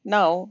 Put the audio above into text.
Now